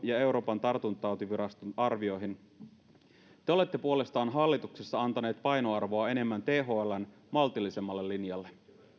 ja euroopan tartuntatautiviraston arvioihin te olette puolestanne hallituksessa antaneet painoarvoa enemmän thln maltillisemmalle linjalle